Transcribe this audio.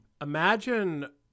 imagine